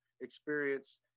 experience